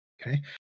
Okay